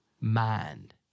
mind